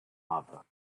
lava